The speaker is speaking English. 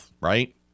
right